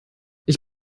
ich